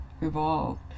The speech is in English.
evolved